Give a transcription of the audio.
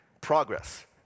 progress